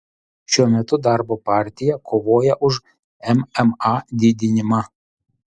šiuo metu darbo partija kovoja už mma didinimą